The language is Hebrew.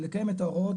לקיים את הוראות